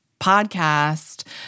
podcast